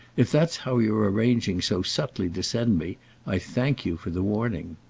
if that's how you're arranging so subtly to send me i thank you for the warning.